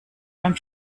beim